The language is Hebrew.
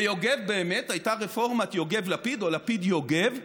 ובאמת, הייתה רפורמת יוגב-לפיד או לפיד-יוגב,